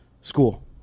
school